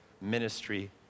ministry